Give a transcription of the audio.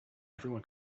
everyone